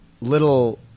little